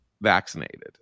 vaccinated